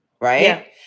right